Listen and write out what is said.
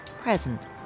present